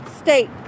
state